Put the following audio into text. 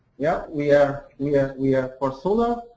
yeah we are yeah we are for solar.